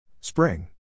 Spring